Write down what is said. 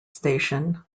station